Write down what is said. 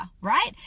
right